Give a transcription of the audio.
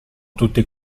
tutti